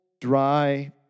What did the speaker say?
dry